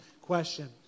question